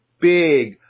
big